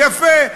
יפה.